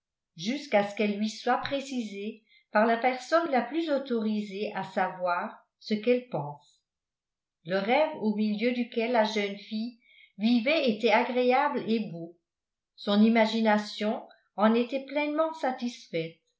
jusqu'à ce qu'elles lui soient précisées par la personne la plus autorisée à savoir ce qu'elle pense le rêve au milieu duquel la jeune fille vivait était agréable et beau son imagination en était pleinement satisfaite